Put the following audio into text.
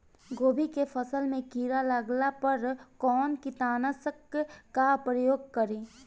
गोभी के फसल मे किड़ा लागला पर कउन कीटनाशक का प्रयोग करे?